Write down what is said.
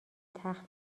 تخت